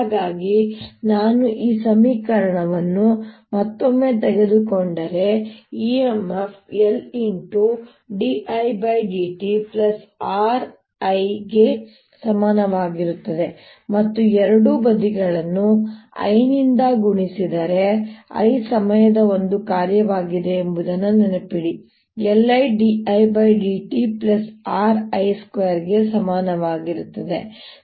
ಹಾಗಾಗಿ ನಾನು ಈ ಸಮೀಕರಣವನ್ನು ಮತ್ತೊಮ್ಮೆ ತೆಗೆದುಕೊಂಡರೆ EMF LdIdtRI ಗೆ ಸಮಾನವಾಗಿರುತ್ತದೆ ಮತ್ತು ಎರಡೂ ಬದಿಗಳನ್ನು I ನಿಂದ ಗುಣಿಸಿದರೆ I ಸಮಯದ ಒಂದು ಕಾರ್ಯವಾಗಿದೆ ಎಂಬುದನ್ನು ನೆನಪಿಡಿ LIdIdtRI2 ಸಮಾನವಾಗಿರುತ್ತದೆ